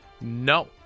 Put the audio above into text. No